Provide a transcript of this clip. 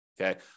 Okay